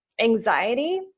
anxiety